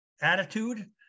attitude